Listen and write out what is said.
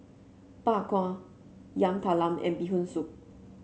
Bak Kwa Yam Talam and Bee Hoon Soup